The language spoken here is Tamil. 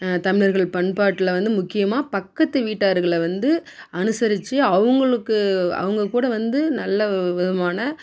தமிழர்கள் பண்பாட்டில் வந்து முக்கியமாக பக்கத்து வீட்டார்களை வந்து அனுசரித்து அவர்களுக்கு அவங்க கூட வந்து நல்ல விதமான